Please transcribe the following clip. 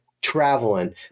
traveling